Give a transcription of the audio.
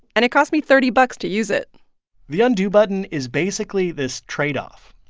and it cost me thirty bucks to use it the undo button is basically this tradeoff.